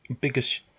Biggest